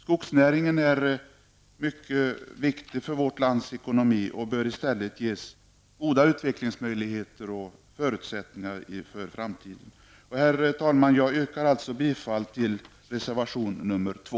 Skogsnäringen är mycket viktig för vårt lands ekonomi och bör i stället ges goda utvecklingsmöjligheter och förutsättningar inför framtiden. Herr talman! Jag yrkar bifall till reservation 2.